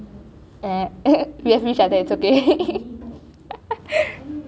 ya ~ anyway that is a mean